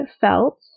felt